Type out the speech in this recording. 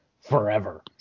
forever